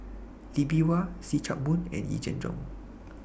Lee Bee Wah See Chak Mun and Yee Jenn Jong